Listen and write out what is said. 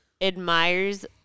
admires